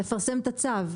לפרסם את הצו,